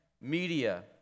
media